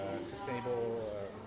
sustainable